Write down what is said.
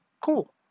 cool